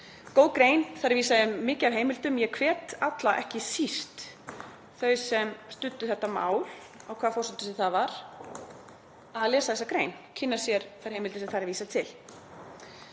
Góð grein þar sem vísað er í mikið af heimildum og ég hvet alla, ekki síst þau sem studdu þetta mál, á hvaða forsendum sem það var, til að lesa þessa grein og kynna sér þær heimildir sem þar er vísað til.